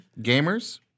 gamers